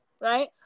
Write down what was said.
right